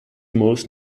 most